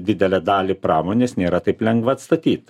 didelę dalį pramonės nėra taip lengva atstatyt